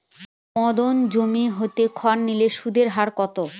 মেয়াদী জমা হতে ঋণ নিলে সুদের হার কত?